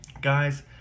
guys